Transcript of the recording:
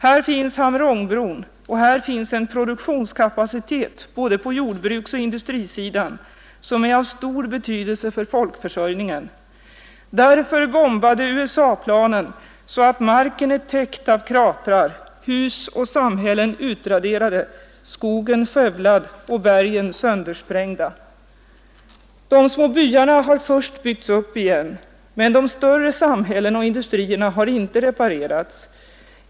Här finns Ham Rong-bron och här finns en produktionskapacitet både på jordbruksoch industrisidan, som är av stor betydelse för folkförsörjningen. Därför bombade USA-planen så att marken är täckt av kratrar, hus och samhällen utraderade, skogen skövlad och bergen söndersprängda. De små byarna har först byggts upp. Men de större samhällena och industrierna har inte reparerats.